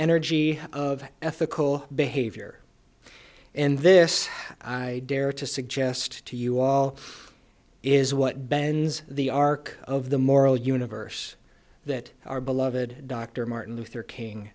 energy of ethical behavior and this i dare to suggest to you all is what ben's the arc of the moral universe that our beloved dr martin luther king